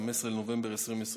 15 בנובמבר 2020,